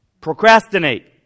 Procrastinate